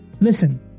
Listen